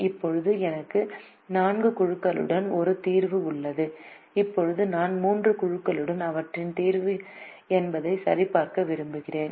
இப்போது எனக்கு 4 குழுக்களுடன் ஒரு தீர்வு உள்ளது இப்போது நான் 3 குழுக்களுடன் அவற்றின் தீர்வு என்பதை சரிபார்க்க விரும்புகிறேன்